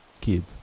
kid